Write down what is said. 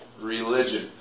religion